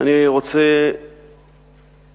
אני רוצה לפרט